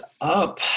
up